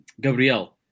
Gabriel